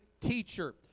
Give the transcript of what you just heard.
teacher